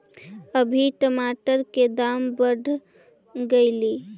अभी टमाटर के दाम बढ़ गेलइ